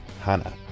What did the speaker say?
hannah